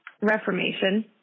Reformation